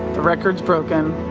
the records broken,